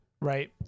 Right